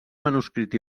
manuscrit